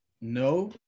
no